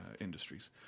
industries